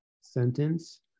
sentence